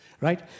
right